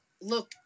look